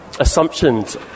assumptions